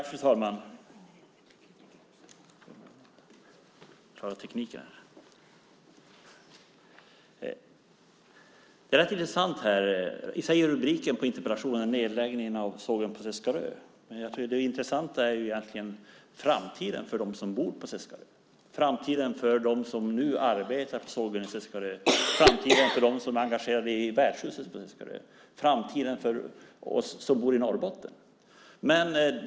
Fru talman! Rubriken på interpellationen är Nedläggning av sågverket på Seskarö . Men det intressanta är egentligen framtiden för dem som bor på Seskarö. Det handlar om framtiden för dem som nu jobbar på sågverket på Seskarö, dem som är engagerade i värdshuset på Seskarö och oss som bor i Norrbotten.